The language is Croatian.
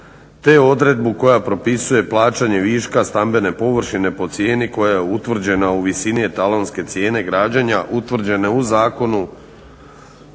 te odredbu koja propisuje plaćanje viška stambene površine po cijeni koja je utvrđena u visini etalonske cijene građenja utvrđene u Zakonu